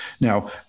Now